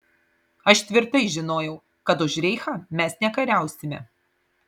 aš tvirtai žinojau kad už reichą mes nekariausime